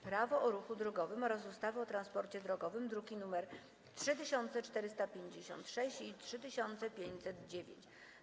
Prawo o ruchu drogowym oraz ustawy o transporcie drogowym (druki nr 3456 i 3509)